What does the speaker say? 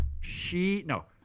she—no